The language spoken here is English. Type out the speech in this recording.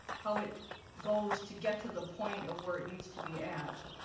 how it goes to get to the point of where it needs to be at